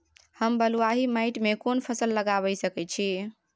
हम बलुआही माटी में कोन फसल लगाबै सकेत छी?